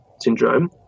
syndrome